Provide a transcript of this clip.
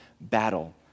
battle